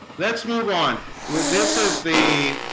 let's move on well. this is the